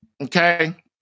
okay